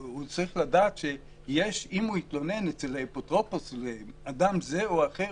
הוא צריך לדעת שאם הוא יתלונן אצל האפוטרופוס אצל אדם זה או אחר,